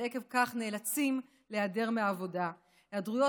ועקב כך נאלצים להיעדר מהעבודה היעדרויות